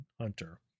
Hunter